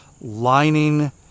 lining